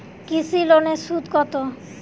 কৃষি লোনের সুদ কত?